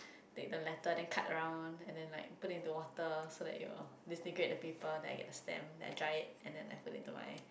take the letter then cut around and then like put it into water so that it will disintegrate the paper then I get the stamp then I dry it and then I put into my